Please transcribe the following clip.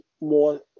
more